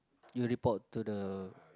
you report to the